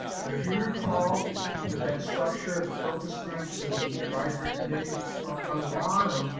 but if you recall with that structure, the focus groups and the advisory committees on the bottom,